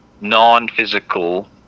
non-physical